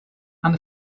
and